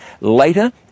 Later